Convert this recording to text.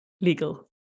legal